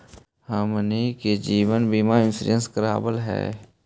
हमनहि के जिवन बिमा इंश्योरेंस करावल है?